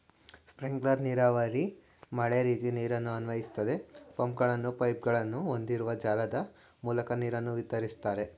sprinkler ನೀರಾವರಿ ಮಳೆರೀತಿ ನೀರನ್ನು ಅನ್ವಯಿಸ್ತದೆ ಪಂಪ್ಗಳು ಪೈಪ್ಗಳನ್ನು ಹೊಂದಿರುವ ಜಾಲದ ಮೂಲಕ ನೀರನ್ನು ವಿತರಿಸ್ತದೆ